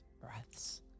breaths